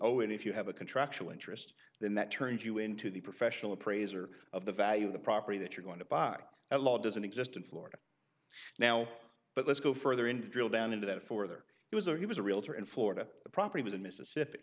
and if you have a contractual interest then that turns you into the professional appraiser of the value of the property that you're going to buy that law doesn't exist in florida now but let's go further and drill down into that for other he was or he was a realtor in florida the property was in mississippi